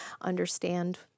understand